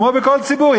כמו בכל ציבור,